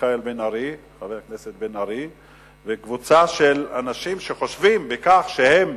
בן-ארי וקבוצה של אנשים שחושבים שבכך שהם